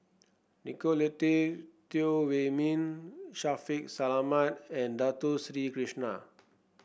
Nicolette Teo Wei Min Shaffiq Selamat and Dato Sri Krishna